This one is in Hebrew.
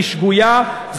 היא שגויה,